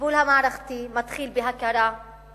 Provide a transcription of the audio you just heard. הטיפול המערכתי מתחיל בהכרה במציאות,